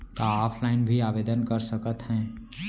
का ऑफलाइन भी आवदेन कर सकत हे?